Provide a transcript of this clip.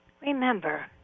Remember